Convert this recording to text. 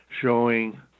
showing